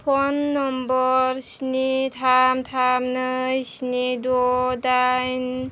phone number स्नि थाम थाम नै स्नि द' दाइन